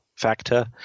Factor